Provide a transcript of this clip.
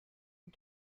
and